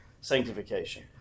sanctification